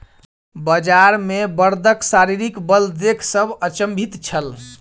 बजार मे बड़दक शारीरिक बल देख सभ अचंभित छल